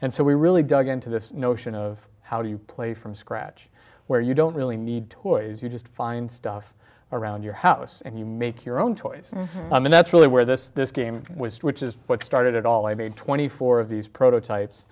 and so we really dug into this notion of how do you play from scratch where you don't really need toys you just find stuff around your house and you make your own choice and that's really where this game was which is what started it all i made twenty four of these prototypes